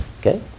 Okay